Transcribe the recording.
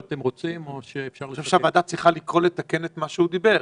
אני חושב שהוועדה צריכה לקרוא לתקן את מה שהוא אמר.